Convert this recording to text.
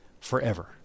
forever